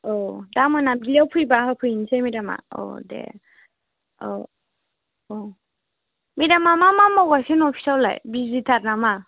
औ दा मोनाबिलिआव फैबा होफैनोसै मेडामा औ दे औ मेडामा मा मा मावगासिनो अफिसावलाय बिजिथार नामा